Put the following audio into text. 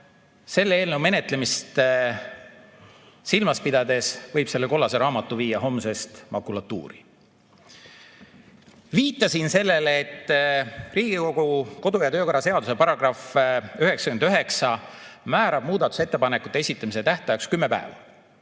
selle eelnõu menetlemist silmas pidades võib selle kollase raamatu viia homsest makulatuuri. Viitasin sellele, et Riigikogu kodu- ja töökorra seaduse § 99 määrab muudatusettepanekute esitamise tähtajaks 10 päeva.